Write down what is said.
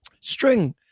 String